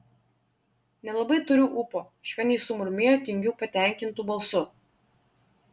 nelabai turiu ūpo švelniai sumurmėjo tingiu patenkintu balsu